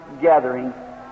gathering